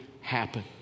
happen